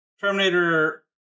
Terminator